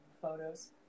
Photos